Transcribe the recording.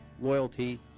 loyalty